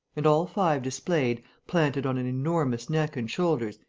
and all five displayed, planted on an enormous neck and shoulders,